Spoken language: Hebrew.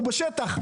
הוא בשטח.